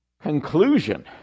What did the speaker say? conclusion